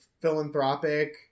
philanthropic